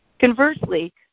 conversely